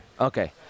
Okay